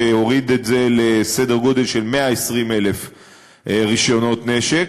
שהוריד את זה לסדר גודל של 120,000 רישיונות נשק.